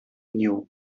knew